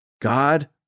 God